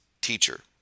teacher